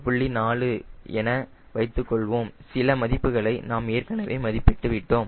4 என வைத்துக்கொள்வோம் சில மதிப்புகளை நாம் ஏற்கனவே மதிப்பீட்டு விட்டோம்